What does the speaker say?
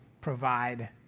provide